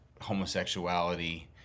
homosexuality